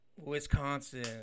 Wisconsin